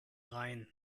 rhein